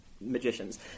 magicians